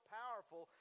powerful